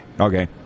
okay